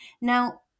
Now